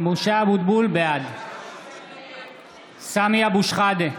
בעד סמי אבו שחאדה,